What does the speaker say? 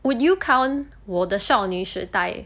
would you count 我的少女时代